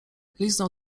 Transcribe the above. liznął